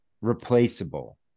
Replaceable